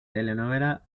telenovela